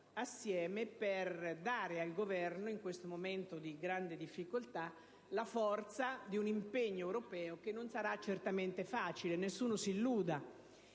insieme per dare al Governo, in questo momento di grande difficoltà, la forza di un impegno europeo, che non sarà certamente facile. Nessuno si illuda